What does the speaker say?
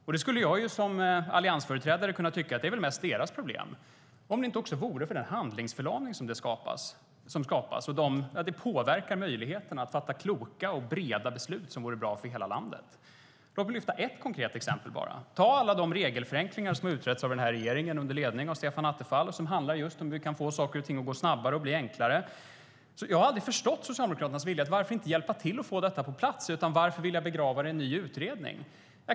Jag skulle som alliansföreträdare kunna tycka att det mest är deras problem, om det inte vore för den handlingsförlamning som det skapar. Det påverkar möjligheten att fatta kloka och breda beslut som vore bra för hela landet. Låt mig lyfta fram ett konkret exempel. Ta alla de regelförenklingar som har utretts av den här regeringen, under ledning av Stefan Attefall, som handlar om hur vi kan få saker och ting att gå snabbare och bli enklare. Jag har aldrig förstått Socialdemokraternas vilja. Varför inte hjälpa till och få detta på plats? Varför vill man begrava det i en ny utredning?